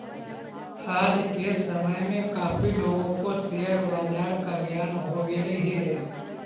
आज के समय में काफी लोगों को शेयर बाजार का ज्ञान हो गेलई हे